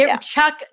Chuck